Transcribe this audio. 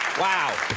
wow.